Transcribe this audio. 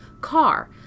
car